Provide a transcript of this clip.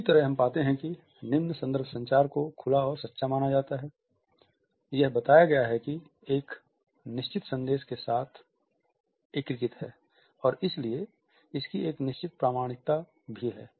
उसी तरह हम पाते हैं कि निम्न संदर्भ संचार को खुला और सच्चा माना जाता है यह बताया गया है कि यह एक निश्चित निर्देश के साथ एकीकृत है और इसलिए इसकी एक निश्चित प्रामाणिकता भी है